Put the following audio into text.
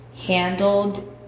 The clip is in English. handled